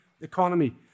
economy